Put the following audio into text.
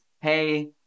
hey